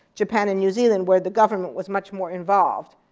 japan, and new zealand, where the government was much more involved.